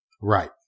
Right